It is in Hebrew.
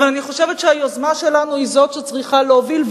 אבל אני חושבת שהיוזמה שלנו היא שצריכה להוביל,